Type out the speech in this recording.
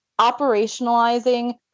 operationalizing